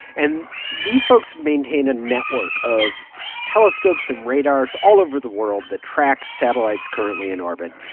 and these folks maintain a network of telescopes and radars all over the world that track satellites currently in orbit,